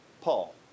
Paul